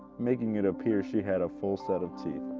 making it appear she had a full set of teeth.